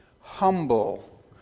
humble